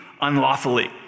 unlawfully